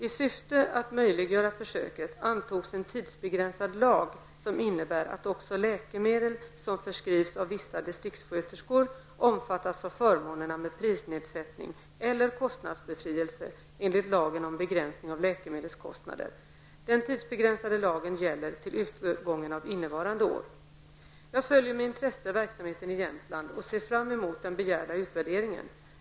I syfte att möjliggöra försöket antogs en tidsbegränsad lag som innebar att också läkemedel som förskrivs av vissa distriktssköterskor omfattas av förmånerna med prisnedsättning eller kostnadsbefrielse enligt lagen om begränsning av läkemedelskostnader. Jag följer med intresse verksamheten i Jämtland och ser fram emot den begärda utvärderingen.